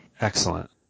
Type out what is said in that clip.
Excellent